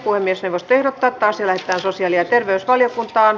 puhemiesneuvosto ehdottaa että asia lähetetään sosiaali ja terveysvaliokuntaan